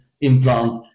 implant